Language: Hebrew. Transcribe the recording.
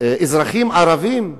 אזרחים ערבים?